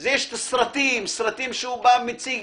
יש סרטים, שהוא מציג